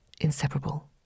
inseparable